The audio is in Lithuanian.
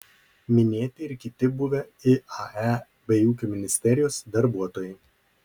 minėti ir kiti buvę iae bei ūkio ministerijos darbuotojai